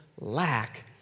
lack